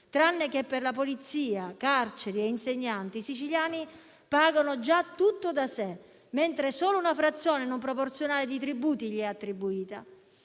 Tranne che per polizia, carceri e insegnanti, i siciliani pagano già tutto da sé, mentre solo una frazione non proporzionale di tributi è loro attribuita.